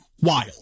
Wild